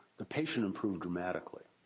the patient improved dramatically.